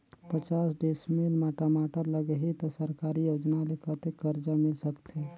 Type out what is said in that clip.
पचास डिसमिल मा टमाटर लगही त सरकारी योजना ले कतेक कर्जा मिल सकथे?